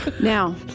Now